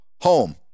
home